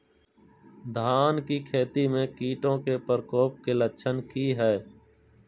धान की खेती में कीटों के प्रकोप के लक्षण कि हैय?